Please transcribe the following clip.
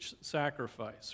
sacrifice